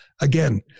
Again